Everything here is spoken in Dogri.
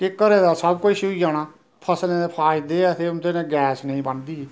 के घरे दा सब कुछ होई जाना फसलें दे फायदे असें उं'दे नै गैस नेईं बनदी ही